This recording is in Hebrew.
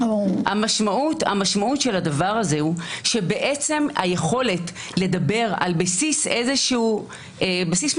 המשמעות של הדבר הזה היא שבעצם היכולת לדבר על בסיס משותף,